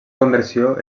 conversió